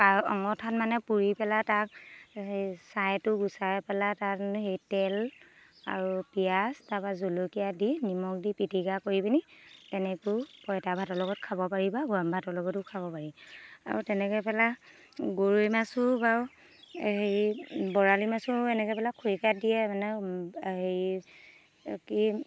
আঙঠাত মানে পুৰি পেলাই তাক সেই ছাঁইটো গুচাই পেলাই তাত হেৰি তেল আৰু পিঁয়াজ তাৰ পৰা জলকীয়া দি নিমখ দি পিটিকা কৰি পিনি তেনেকৈও পঁইতা ভাতৰ লগত খাব পাৰি বা গৰম ভাতৰ লগতো খাব পাৰি আৰু তেনেকৈ পেলাই গৰৈ মাছো বাৰু হেৰি বৰালি মাছৰো এনেকৈ পেলাই খৰিকাত দিয়ে মানে হেৰি কি